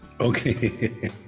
Okay